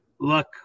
luck